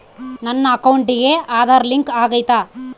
ನನ್ನ ಅಕೌಂಟಿಗೆ ಆಧಾರ್ ಲಿಂಕ್ ಆಗೈತಾ?